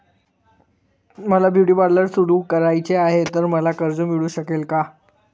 मला beauty parlour सुरू करायचे आहे तर मला कर्ज मिळू शकेल का?